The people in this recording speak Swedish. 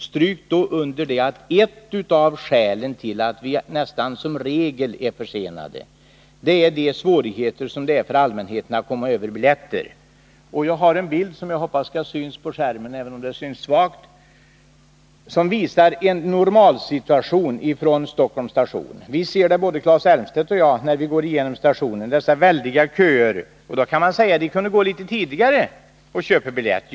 Stryk då under att ett av skälen till att tågen nästan som regel är försenade är svårigheterna för allmänheten att få köpa biljetter. Jag har en bild, som jag hoppas syns på bildskärmen och som visar en normal situation på Stockholms Central. Både Claes Elmstedt och jag har, när vi gått genom stationen, ofta sett dessa väldiga köer. Man kan naturligtvis tycka att resenärerna kunde gå litet tidigare till stationen för att köpa biljetter.